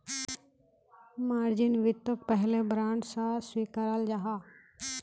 margin वित्तोक पहले bond सा स्विकाराल जाहा